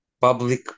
public